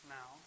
Now